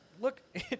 Look